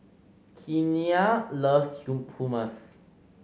Keanna loves Hummus